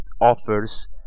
offers